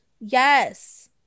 Yes